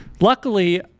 luckily